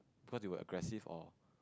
because you were aggressive or